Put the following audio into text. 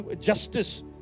justice